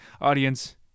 Audience